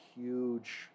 huge